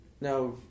now